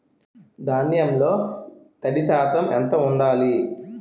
ధాన్యంలో తడి శాతం ఎంత ఉండాలి?